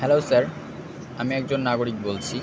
hello sir আমি একজন নাগরিক বলছি